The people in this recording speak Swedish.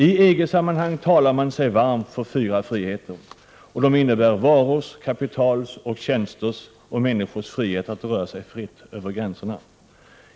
I EG-sammanhang talar man sig varm för fyra friheter — varors, kapitals, tjänsters och människors frihet att röra sig fritt över gränserna.